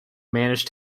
managed